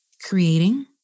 creating